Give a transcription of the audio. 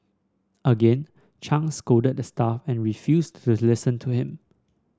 again Chang scolded the staff and refused to listen to him